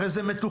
הרי זה מתוכלל,